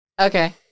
okay